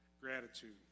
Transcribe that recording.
Gratitude